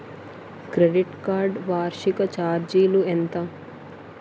Credit card వార్షిక ఛార్జీలు ఎంత?